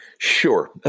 Sure